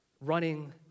running